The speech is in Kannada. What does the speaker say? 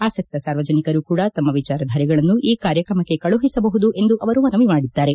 ಆಸಕ್ತ ಸಾರ್ವಜನಿಕರೂ ಕೂಡ ತಮ್ಮ ವಿಚಾರಧಾರೆಗಳನ್ನು ಈ ಕಾರ್ಯಕ್ರಮಕ್ಕೆ ಕಳುಹಿಸಬಹುದು ಎಂದು ಅವರು ಮನವಿ ಮಾಡಿದ್ದಾರೆ